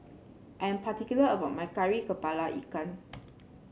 I'm particular about my Kari kepala Ikan